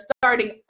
starting